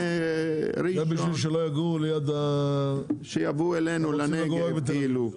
זה כדי שלא ירצו לגור רק בתל אביב.